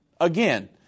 Again